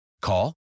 Call